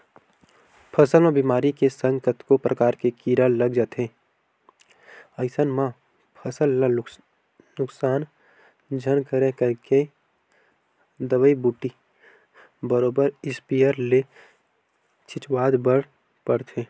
फसल म बेमारी के संग कतको परकार के कीरा लग जाथे अइसन म फसल ल नुकसान झन करय कहिके दवई बूटी बरोबर इस्पेयर ले छिचवाय बर परथे